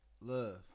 Love